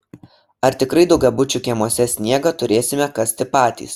ar tikrai daugiabučių kiemuose sniegą turėsime kasti patys